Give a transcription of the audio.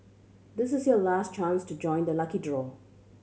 this is your last chance to join the lucky draw